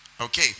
Okay